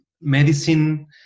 medicine